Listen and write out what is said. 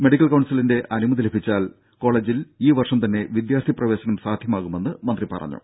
medical കൌൺസിലിന്റെ അനുമതി ലഭിച്ചാൽ കോളജിൽ ഈ വർഷം തന്നെ വിദ്യാർത്ഥി പ്രവേശനം സാധ്യമാകുമെന്ന് മന്ത്രി പറഞ്ഞു